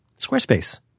Squarespace